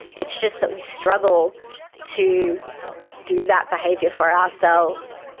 it's just that we struggle to do that behaviour for ourselves.